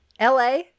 LA